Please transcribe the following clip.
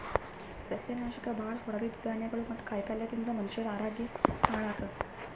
ಸಸ್ಯನಾಶಕ್ ಭಾಳ್ ಹೊಡದಿದ್ದ್ ಧಾನ್ಯಗೊಳ್ ಮತ್ತ್ ಕಾಯಿಪಲ್ಯ ತಿಂದ್ರ್ ಮನಷ್ಯರ ಆರೋಗ್ಯ ಹಾಳತದ್